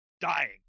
dying